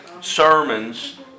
sermons